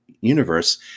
universe